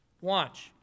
Watch